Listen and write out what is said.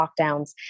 lockdowns